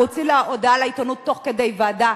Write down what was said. והוציא הודעה לעיתונות תוך כדי ועדה